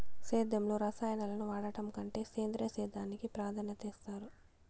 సేద్యంలో రసాయనాలను వాడడం కంటే సేంద్రియ సేద్యానికి ప్రాధాన్యత ఇస్తారు